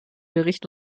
bericht